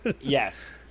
Yes